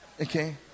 Okay